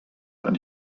and